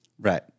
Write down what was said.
right